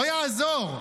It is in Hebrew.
לא יעזור.